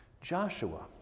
Joshua